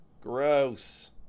Gross